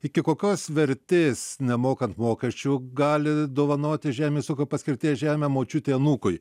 iki kokios vertės nemokant mokesčių gali dovanoti žemės ūkio paskirties žemę močiutė anūkui